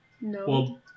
No